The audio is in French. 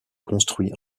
construit